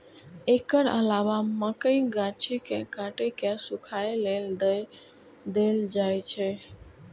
एकर अलावे मकइक गाछ कें काटि कें सूखय लेल दए देल जाइ छै